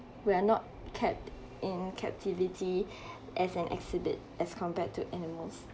we are not kept in captivity as an exhibit as compared to animals